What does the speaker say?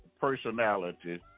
personality